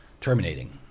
terminating